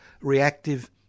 reactive